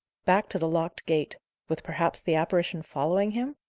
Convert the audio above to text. back to the locked gate with perhaps the apparition following him?